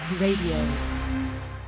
Radio